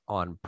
on